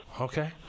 Okay